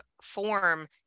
form